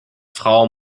frau